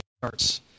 starts